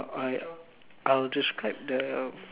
I'll describe the